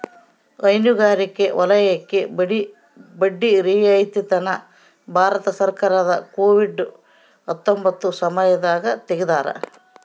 ಹೈನುಗಾರಿಕೆ ವಲಯಕ್ಕೆ ಬಡ್ಡಿ ರಿಯಾಯಿತಿ ನ ಭಾರತ ಸರ್ಕಾರ ಕೋವಿಡ್ ಹತ್ತೊಂಬತ್ತ ಸಮಯದಾಗ ತೆಗ್ದಾರ